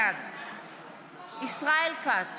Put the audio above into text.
בעד ישראל כץ, בעד